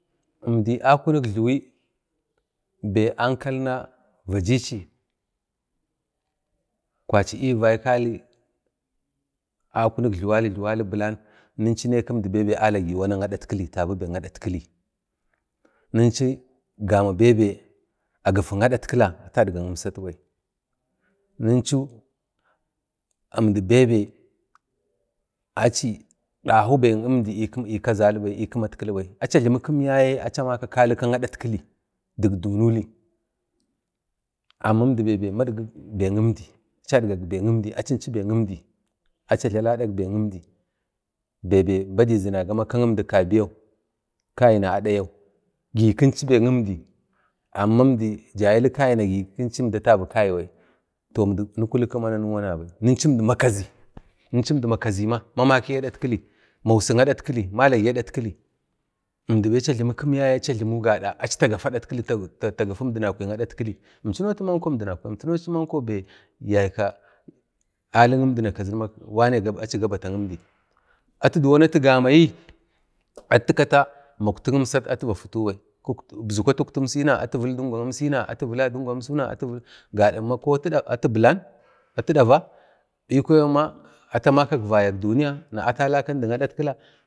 əmdi akunik jliwi bai ankalina jlawichi kwachi ni vaikwali jlwali, jliwali bilan achi be əmdi agage makak bai kadatkili ta bi bai kadatkili ninchu gama bebe agifik adatkila vadga imsat bai ninchu əmdi bebe achi dahu bai kimdi ə kazalibai achi a jlimik kim yaye achi amaka ka kadatkili dik dunuli amma əmdi bai magdik bai kimdi achinchu bai kimdi, acha jlala adak bai əmdi bebe badai zinaga ma əmdi kadiyo kaina adayau gi kinchu bai kimdi amma əmdi dai ilikagina kinchu əmdi tabi kagibai toh ninkunanu, ninchu əmdi makazi, əmdi amakazima a mamaki ədatkili gimsik adatkili malagi adatkili mausi adatki, əmdi bai acha jlimkimba acha jlimu gada adatkili tagafi əmdinakwai kadatkili inchinau atiyau baimdinakwai atiyau bai yayka alik əmdi kazinima alu gabatak atitgon atu gamayi atu takata mauktik gimsik va fudu bai ibzuku atu uktlu imsi na atu vila dingwa imsina gada ma ko atu bilan ko atu dava bi kwaya ma ata makak vayak duniya na ata lakan dik adatkila